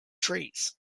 trees